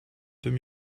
deux